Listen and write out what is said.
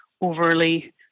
overly